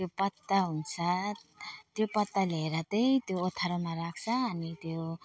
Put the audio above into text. त्यो पत्ता हुन्छ त्यो पत्ता लिएर त त्यो ओथ्रामा राख्छ अनि त्यो